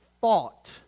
fought